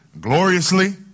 gloriously